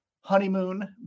honeymoon